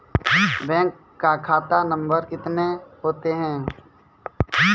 Bank का खाता number कितने होते हैं?